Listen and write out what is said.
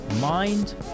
mind